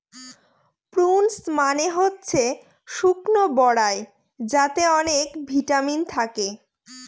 prunes মানে হচ্ছে শুকনো বরাই যাতে অনেক ভিটামিন থাকে